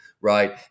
right